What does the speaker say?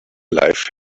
life